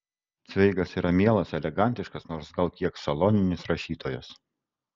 cveigas yra mielas elegantiškas nors gal kiek saloninis rašytojas